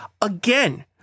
Again